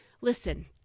Listen